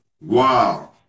Wow